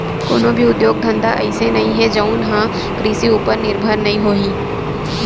कोनो भी उद्योग धंधा अइसे नइ हे जउन ह कृषि उपर निरभर नइ होही